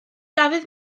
dafydd